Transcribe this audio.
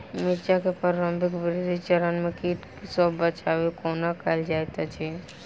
मिर्चाय केँ प्रारंभिक वृद्धि चरण मे कीट सँ बचाब कोना कैल जाइत अछि?